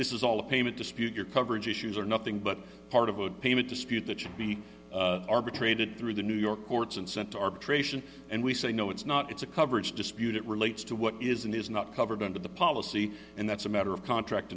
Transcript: this is all a payment dispute your coverage issues are nothing but part of a payment dispute that should be arbitrated through the new york courts and sent to arbitration and we say no it's not it's a coverage dispute it relates to what is and is not covered under the policy and that's a matter of contract